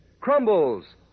Crumbles